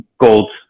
gold